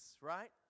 right